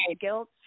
guilt